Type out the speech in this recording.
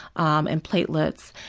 um and platelets,